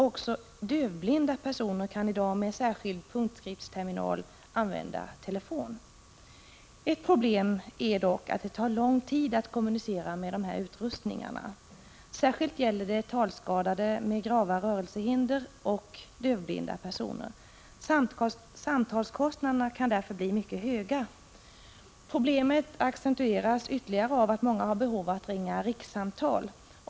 Också dövblinda personer kan i dag med en särskild punktskriftsterminal använda telefon. Ett problem är dock att det tar lång tid att kommunicera med dessa utrustningar. Särskilt gäller det talskadade med grava rörelsehinder och dövblinda personer. Samtalskostnaderna kan därför bli mycket höga. Problemet accentueras ytterligare av att många har behov att ringa rikssamtal.